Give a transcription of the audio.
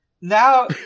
now